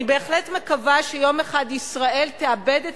אני בהחלט מקווה שיום אחד ישראל תאבד את